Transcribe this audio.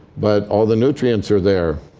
but all the nutrients are there.